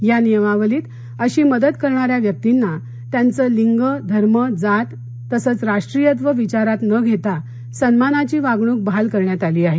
या नियमावलीत अशा मदत करणाऱ्या व्यक्तींना त्यांचं लिंग धर्म जात राष्ट्रीयत्व विचारात न घेता सन्मानाची वागणूक बहाल करण्यात आली आहे